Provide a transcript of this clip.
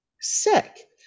sick